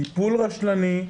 טיפול רשלני,